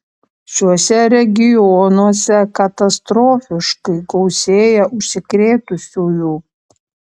šiuose regionuose katastrofiškai gausėja užsikrėtusiųjų